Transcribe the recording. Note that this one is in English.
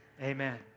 amen